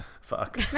Fuck